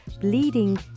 bleeding